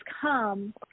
come